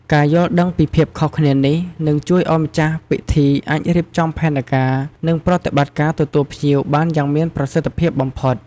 ការយល់ដឹងពីភាពខុសគ្នានេះ នឹងជួយឲ្យម្ចាស់ពិធីអាចរៀបចំផែនការ និងប្រតិបត្តិការទទួលភ្ញៀវបានយ៉ាងមានប្រសិទ្ធភាពបំផុត។